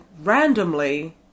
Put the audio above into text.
randomly